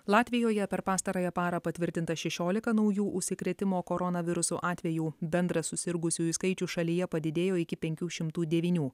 latvijoje per pastarąją parą patvirtinta šešiolika naujų užsikrėtimo koronavirusu atvejų bendras susirgusiųjų skaičius šalyje padidėjo iki penkių šimtų devynių